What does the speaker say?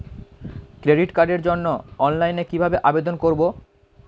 Credit কার্ডের জন্য অনলাইনে কিভাবে আবেদন করব?